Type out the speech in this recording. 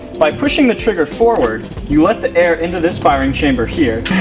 by pushing the trigger forward, you let the air into this firing chamber here.